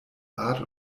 art